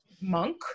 monk